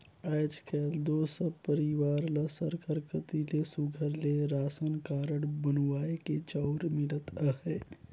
आएज काएल दो सब परिवार ल सरकार कती ले सुग्घर ले रासन कारड बनुवाए के चाँउर मिलत अहे